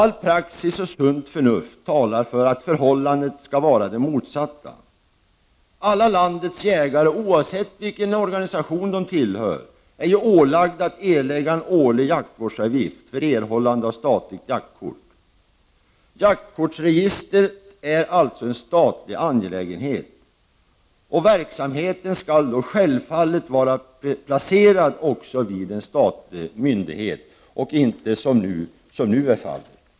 All praxis och allt sunt förnuft talar för att förhållandet skall vara det motsatta. Alla landets jägare, oavsett vilken organisation de tillhör, är ålagda att erlägga en årlig jaktvårdsavgift för erhållande av statligt jaktkort. Jaktkortsregistret är alltså en statlig angelägenhet, och verksamheten skall då självfallet vara placerad vid en statlig myndighet och inte så som nu är fallet.